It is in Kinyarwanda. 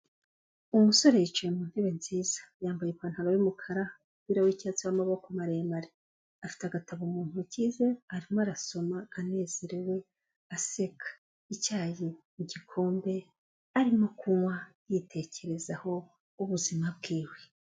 Umusore yicaye mu ntebe nziza, yambaye ipantaro y'umukara, umupira w'icyatsi w'amaboko maremare, afite agatabo mu ntoki ze arimo arasoma anezerewe aseka, icyayi mu gikombe arimo kunywa yitekerezaho ubuzima bwiwe.